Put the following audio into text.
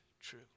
true